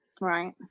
Right